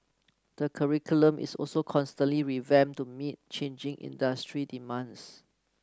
the curriculum is also constantly revamped to meet changing industry demands